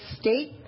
state